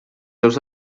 seus